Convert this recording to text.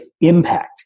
impact